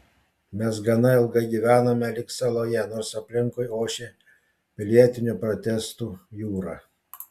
mes gana ilgai gyvenome lyg saloje nors aplinkui ošė pilietinių protestų jūra